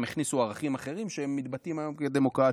הם הכניסו ערכים אחרים שהם מתבטאים היום כדמוקרטיים,